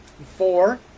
four